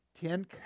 Ten